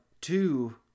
two